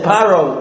Paro